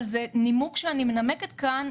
אבל זה נימוק שאני מנמקת כאן.